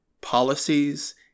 policies